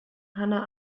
hannah